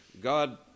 God